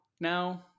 now